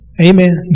Amen